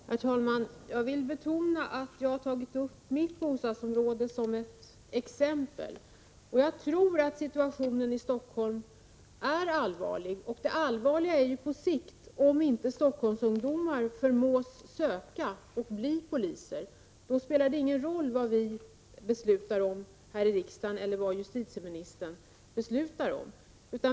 Herr talman! Jag vill betona att jag har pekat på mitt bostadsområde som ett exempel. Jag tror att situationen i Stockholm är allvarlig. Det bekymmersamma på sikt är att om inte Stockholmsungdomar kan förmås att söka till polisutbildningen och bli poliser, spelar det ingen roll vad vi här i riksdagen eller justitieministern beslutar om.